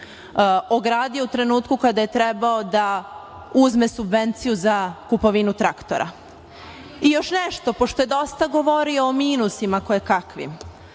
ogradio u trenutku, kada je trebao da uzme subvencije za kupovinu traktora.I još nešto, pošto je dosta govorio o minusima koje kakvim,